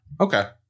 Okay